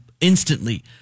instantly